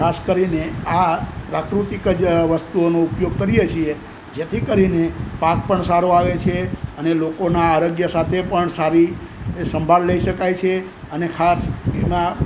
ખાસ કરીને આ પ્રાકૃતિક જ વસ્તુઓનો ઉપયોગ કરીએ છે જેથી કરીને પાક પણ સારો આવે છે અને લોકોના આરોગ્ય સાથે પણ સારી સંભાળ લઈ શકાય છે અને ખાસ એના